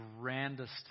grandest